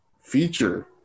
feature